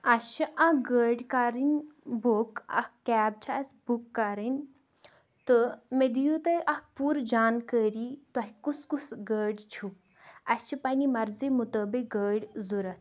اَسہِ چھِ اَکھ گٲڑۍ کَرٕنۍ بُک اَکھ کیب چھےٚ اَسہِ بُک کَرٕنۍ تہٕ مےٚ دِیِو تُہۍ اَکھ پوٗرٕ جانکٲری تۄہہِ کُس کُس گٲڑۍ چھُ اَسہِ چھِ پنٛںہِ مرضی مُطٲبق گٲڑۍ ضوٚرَتھ